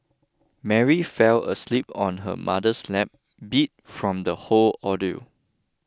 Mary fell asleep on her mother's lap beat from the whole ordeal